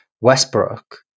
Westbrook